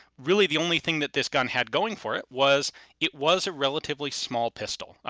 really the only thing that this gun had going for it was it was a relatively small pistol.